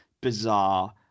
bizarre